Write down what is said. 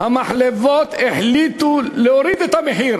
המחלבות החליטו להוריד את המחיר